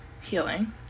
healing